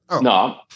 No